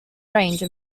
range